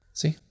see